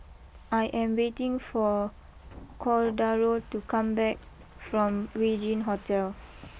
I am waiting for Cordaro to come back from Regin Hotel